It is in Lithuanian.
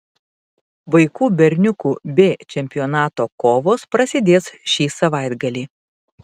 vaikų berniukų b čempionato kovos prasidės šį savaitgalį